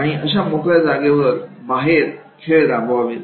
आणि अशा मोकळ्या जागेवर बाहेर खेळ राबवावेत